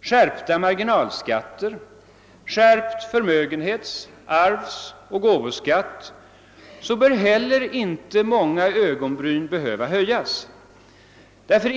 skärpta marginalskatter, skärpt förmögenhets-, arvsoch gåvoskatt torde heller inte många ögonbryn behöva höjas.